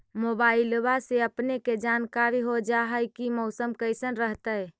मोबाईलबा से अपने के जानकारी हो जा है की मौसमा कैसन रहतय?